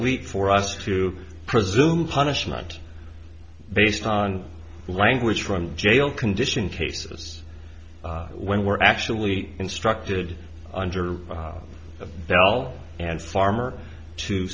leap for us to presume punishment based on language from jail condition cases when we're actually instructed under a veil and farmer to